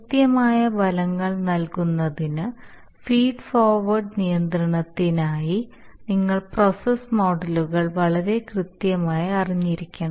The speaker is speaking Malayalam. കൃത്യമായ ഫലങ്ങൾ നൽകുന്നതിന് ഫീഡ് ഫോർവേർഡ് നിയന്ത്രണത്തിനായി നിങ്ങൾ പ്രോസസ്സ് മോഡലുകൾ വളരെ കൃത്യമായി അറിഞ്ഞിരിക്കണം